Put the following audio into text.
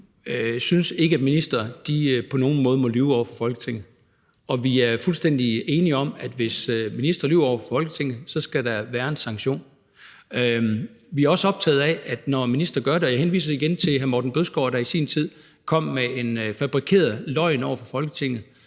vi synes ikke, at ministre på nogen måde må lyve over for Folketinget. Og vi er fuldstændig enige om, at hvis ministre lyver over for Folketinget, skal der være en sanktion. Jeg henviser igen til hr. Morten Bødskov, der i sin tid kom med en fabrikeret løgn over for Folketinget;